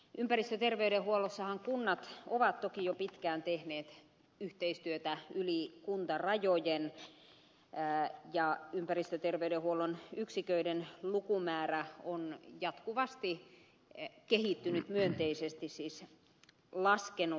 ympäristöterveydenhuollossahan kunnat ovat toki jo pitkään tehneet yhteistyötä yli kuntarajojen ja ympäristöterveydenhuollon yksiköiden lukumäärä on jatkuvasti kehittynyt myönteisesti siis laskenut